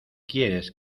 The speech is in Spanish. quieres